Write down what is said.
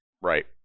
Right